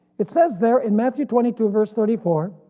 it says there in matthew twenty two verse thirty four.